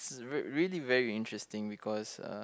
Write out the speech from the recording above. it's re~ really very interesting because uh